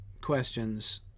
questions